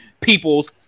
people's